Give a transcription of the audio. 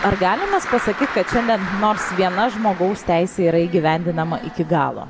ar galim mes pasakyt kad šiandien nors viena žmogaus teisė yra įgyvendinama iki galo